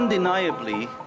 Undeniably